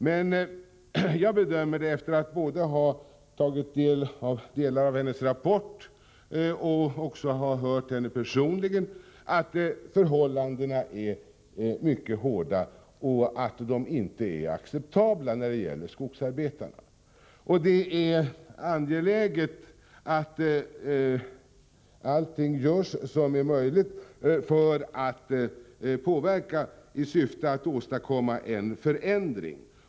Men jag bedömer, efter att ha läst delar av hennes rapport och också efter att ha hört henne personligen, att förhållandena är mycket hårda och att de inte är acceptabla när det gäller skogsarbetarna. Det är angeläget att allt görs som är möjligt för att påverka i syfte att åstadkomma en förändring.